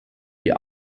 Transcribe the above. die